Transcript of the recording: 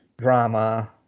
drama